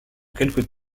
quelque